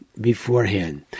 beforehand